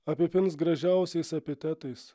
apipins gražiausiais epitetais